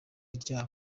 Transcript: ryabo